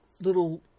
little